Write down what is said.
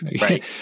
Right